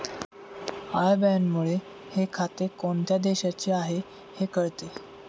I बॅनमुळे हे खाते कोणत्या देशाचे आहे हे कळते